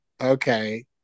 okay